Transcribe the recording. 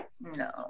No